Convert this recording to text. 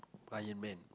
Iron-Man